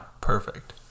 Perfect